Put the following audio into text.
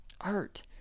art